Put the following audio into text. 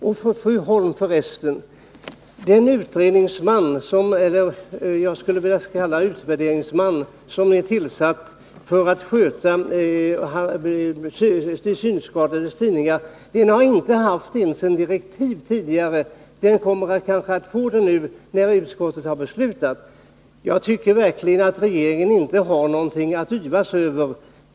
Och för resten, fru Holm, den utredningsman — jag skulle vilja kalla honom utvärderingsman — som är tillsatt för att utreda frågan om de synskadades tidningar har tidigare inte ens haft direktiv. Han kommer att få det nu, när utskottet har hemställt att riksdagen skall besluta det. Jag tycker verkligen inte att regeringen har någonting att yvas över.